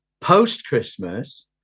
post-Christmas